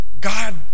God